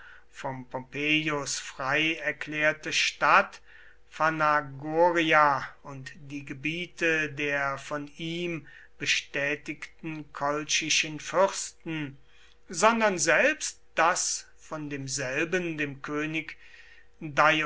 vom pompeius frei erklärte stadt phanagoria und die gebiete der von ihm bestätigten kolchischen fürsten sondern selbst das von demselben dem könig